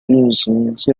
运行